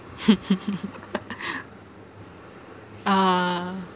uh